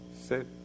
Sit